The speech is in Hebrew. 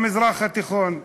במזרח התיכון.